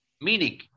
meaning